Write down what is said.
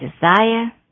desire